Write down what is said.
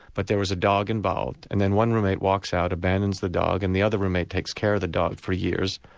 but there is a dog involved, and then one room-mate walks out, abandons the dog and the other room-mate takes care of the dog for years,